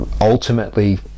ultimately